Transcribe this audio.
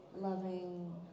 loving